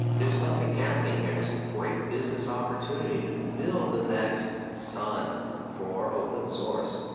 there's something happening here. there's a great business opportunity, to build the next sun for open source.